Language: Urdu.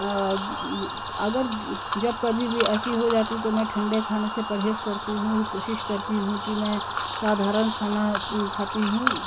اگر جب کبھی بھی ایسی ہو جاتی تو میں ٹھنڈے کھانے سے پرہیز کرتی ہوں کوشش کرتی ہوں کہ میں سادھارن کھانا کھاتی ہوں